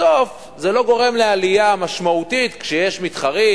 בסוף זה לא גורם לעלייה משמעותית כשיש מתחרים,